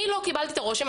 אני לא קיבלתי את הרושם,